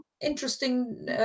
interesting